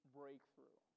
breakthrough